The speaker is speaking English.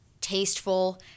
tasteful